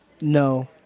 no